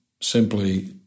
simply